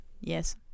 Yes